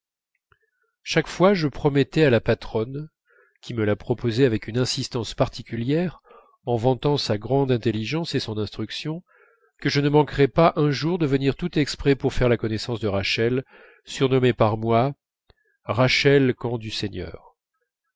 chaque fois je promettais à la patronne qui me la proposait avec une insistance particulière en vantant sa grande intelligence et son instruction que je ne manquerais pas un jour de venir tout exprès pour faire la connaissance de rachel surnommée par moi rachel quand du seigneur